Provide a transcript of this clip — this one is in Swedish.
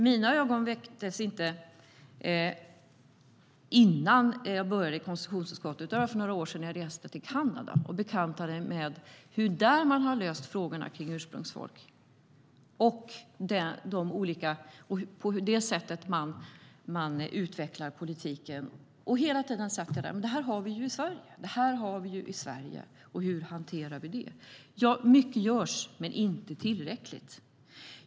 Mina ögon öppnades innan jag började i konstitutionsutskottet när jag för några år sedan reste till Kanada och bekantade mig med hur man där har löst frågorna om ursprungsbefolkningen. Det handlade om det sätt på vilket man utvecklade politiken. Jag sa hela tiden till mig själv: Det här har vi i Sverige, men hur hanterar vi det? Mycket görs, men inte tillräckligt.